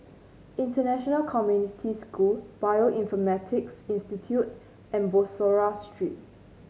International Community School Bioinformatics Institute and Bussorah Street